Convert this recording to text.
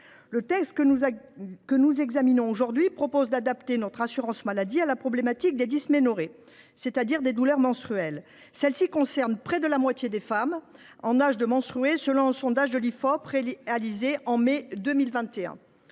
Le texte que nous examinons aujourd’hui vise à adapter notre assurance maladie à la problématique des dysménorrhées, c’est à dire des douleurs menstruelles. Celles ci concernent près de la moitié des femmes en âge de menstruer, selon un sondage de l’Ifop réalisé en mai 2021.